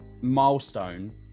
milestone